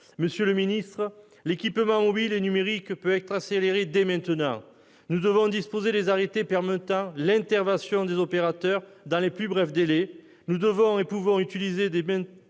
Monsieur le ministre, l'équipement mobile et numérique peut être accéléré dès maintenant. Nous devons disposer des arrêtés permettant l'intervention des opérateurs dans les plus brefs délais. Nous devons et pouvons utiliser dès